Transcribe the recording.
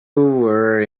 were